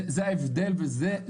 זה ההבדל וזו הבשורה.